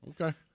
Okay